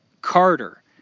Carter